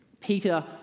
Peter